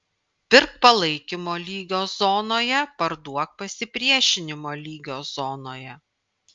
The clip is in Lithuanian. pirk palaikymo lygio zonoje parduok pasipriešinimo lygio zonoje